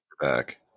back